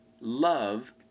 love